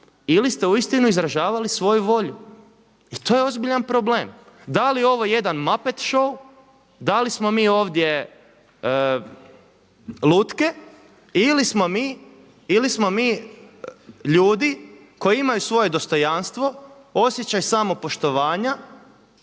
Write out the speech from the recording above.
ili ste uistinu izražavali svoju volju. I to je ozbiljan problem. Da li je ovo jedan MaPet show, da li smo mi ovdje lutke ili smo mi ljudi koji imaju svoje dostojanstvo, osjećaj samopoštovanja,